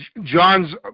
John's